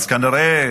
אז כנראה,